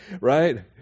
right